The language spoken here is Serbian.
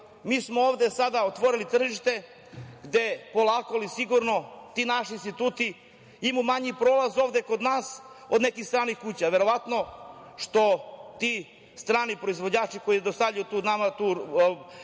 smo ovde sada otvorili tržište gde polako ali sigurno ti naši instituti imaju manji prolaz ovde kod nas od nekih stranih kuća. Verovatno što ti strani proizvođači koji dostavljaju nama tu